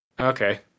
Okay